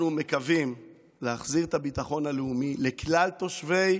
אנחנו מקווים להחזיר את הביטחון הלאומי לכלל תושבי